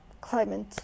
climate